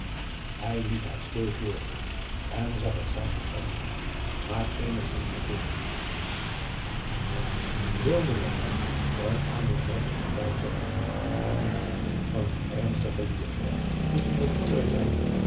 hij liet haar stil voortgaan en zag het zaakje kalm aan maar eenigszins verkeerd men wilde met hem een amourette op touw zetten meende hij van een ernstige liaison tusschen dat jonge meisje